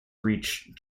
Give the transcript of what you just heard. reached